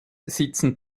sitzen